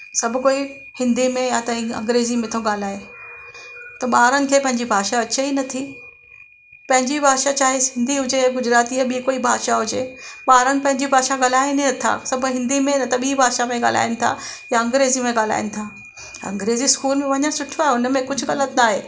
सभु कोई हिंदी में या त अग्रेंज़ी में थो ॻाल्हाए त ॿारनि खे पंहिंजी भाषा अचे ई नथी पंहिंजी भाषा चाहे सिंधी हुजे गुजराती या ॿी कोई भाषा हुजे ॿार पंहिंजी भाषा ॻाल्हाईनि ई नथा सभु हिंदी में न त ॿी भाषा में ॻाल्हाईनि था या अग्रेंज़ी में ॻाल्हाईनि था अग्रेंज़ी स्कूल में वञणु सुठो आहे उनमें कुझु ग़लत नाहे